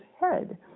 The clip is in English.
head